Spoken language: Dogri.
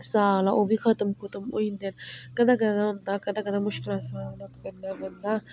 साह् आह्ला ओह् खतम खतम होई जंदे कदें कदें होंदा कदें कदें मुश्कला दा सामना करना पौंदा